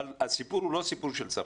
אבל זה לא סיפור של צרכנות.